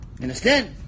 Understand